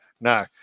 no